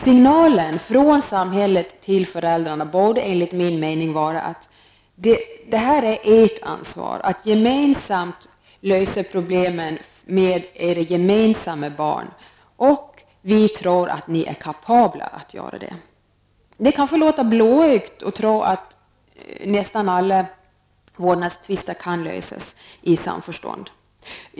Signalen från samhället till föräldrarna borde enligt min mening vara att det är deras ansvar att gemensamt lösa problemen rörande deras gemensamma barn och att samhället tror att föräldrarna är kapabla till detta. Det kanske låter blåögt att tro att nästan alla vårdnadstvister kan lösas i samförstånd.